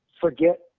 forget